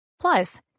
Plus